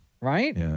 Right